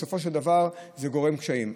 בסופו של דבר זה גורם קשיים.